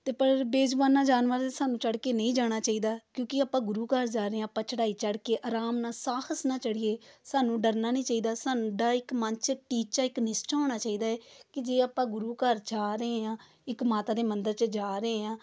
ਅਤੇ ਪਰ ਬੇਜ਼ੁਬਾਨਾਂ ਜਾਨਵਰਾਂ 'ਤੇ ਸਾਨੂੰ ਚੜ੍ਹ ਕੇ ਨਹੀਂ ਜਾਣਾ ਚਾਹੀਦਾ ਕਿਉਂਕਿ ਆਪਾਂ ਗੁਰੂ ਘਰ ਜਾ ਰਹੇ ਹਾਂ ਆਪਾਂ ਚੜ੍ਹਾਈ ਚੜ੍ਹ ਕੇ ਆਰਾਮ ਨਾਲ ਸਾਹਸ ਨਾਲ ਚੜ੍ਹੀਏ ਸਾਨੂੰ ਡਰਨਾ ਨਹੀਂ ਚਾਹੀਦਾ ਸਾਨੂੰ ਡਰ ਇੱਕ ਮਨ 'ਚ ਟੀਚਾ ਇੱਕ ਨਿਸ਼ਚਾ ਹੋਣਾ ਚਾਹੀਦਾ ਕਿ ਜੇ ਆਪਾਂ ਗੁਰੂ ਘਰ ਜਾ ਰਹੇ ਹਾਂ ਇੱਕ ਮਾਤਾ ਦੇ ਮੰਦਰ 'ਚ ਜਾ ਰਹੇ ਹਾਂ